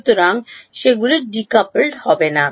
সুতরাং সেগুলি decoupled হয় না